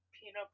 peanut